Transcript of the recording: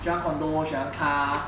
she want condo she want car